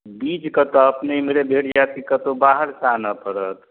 बीज कतऽ अपने इमहरे भेट जाएत कि कतहुँ बाहरसँ आनऽ पड़त